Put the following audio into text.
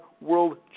world